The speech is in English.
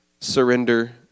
Surrender